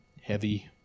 heavy